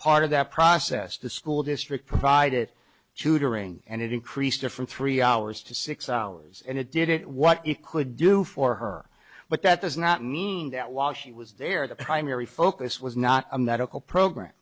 part of that process the school district provided tutoring and it increased different three hours to six hours and it did it what it could do for her but that does not mean that while she was there the primary focus was not a medical program